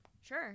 sure